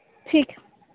ठीक